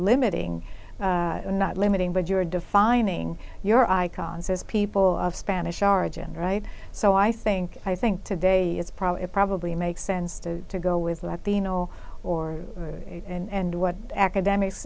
limiting not limiting but you're defining your icons as people of spanish origin right so i think i think today is probably it probably makes sense the to go with what they know or and what academics